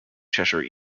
cheshire